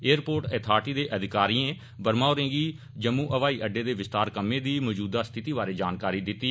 air port authority दे अधिकारिए वर्मा होरें गी जम्मू हवाई अडडे दे विस्तार कम्मै दी मौजूदा स्थिति बारै जानकारी दिती